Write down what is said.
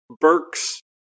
Burks